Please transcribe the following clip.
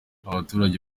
abaturage